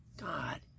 God